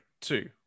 two